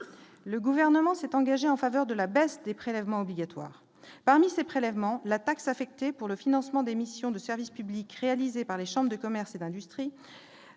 le gouvernement s'est engagé en faveur de la baisse des prélèvements obligatoires parmi ces prélèvements : la taxe affectée pour le financement des missions de service public, réalisée par les chambres de commerce et d'industrie,